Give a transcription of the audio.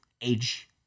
age